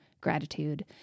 gratitude